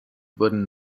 wurden